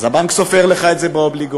אז הבנק סופר לך את זה באובליגו.